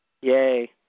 Yay